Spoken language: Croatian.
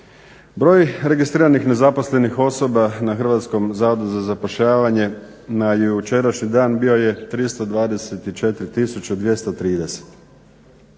Broj registriranih nezaposlenih osoba na Hrvatskom zavodu za zapošljavanje na jučerašnji dan bio je 324